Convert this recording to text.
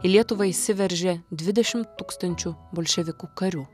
į lietuvą įsiveržė dvidešimt tūkstančių bolševikų karių